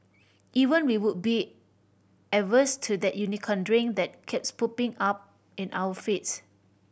even we would be averse to that Unicorn Drink that keeps popping up in our feeds